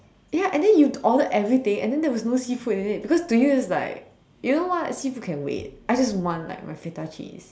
ya and then you ordered everything and then there was no seafood in it because to you it's like you know what seafood can wait I just want like my Feta cheese